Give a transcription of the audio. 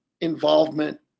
involvement